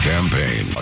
Campaign